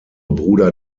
bruder